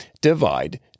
divide